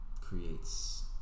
creates